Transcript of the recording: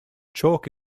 chalk